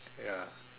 ya